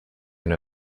been